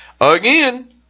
again